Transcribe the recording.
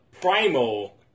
Primal